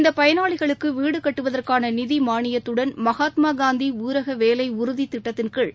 இந்தபயனாளிகளுக்குவீடுகட்டுவதற்கானநிதிமானியத்துடன் மகாத்மாகாந்திஊரகவேவை றுதிதிட்டத்தின் கீழ்